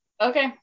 Okay